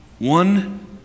one